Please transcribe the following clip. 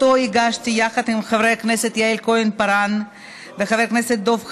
שהגשתי יחד עם חברת הכנסת יעל כהן-פארן וחבר הכנסת דב חנין,